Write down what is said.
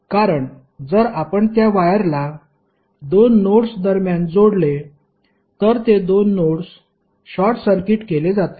कारण जर आपण त्या वायरला 2 नोड्स दरम्यान जोडले तर ते 2 नोड्स शॉर्ट सर्किट केले जातील